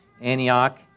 Antioch